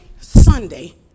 Sunday